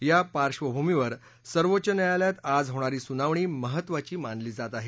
या पार्श्वभूमीवर सर्वोच्च न्यायालयात आज होणारी सुनावणी महत्त्वाची मानली जात आहे